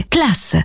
Class